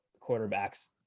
quarterbacks